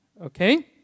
okay